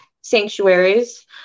sanctuaries